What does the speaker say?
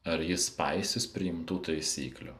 ar jis paisys priimtų taisyklių